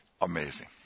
Amazing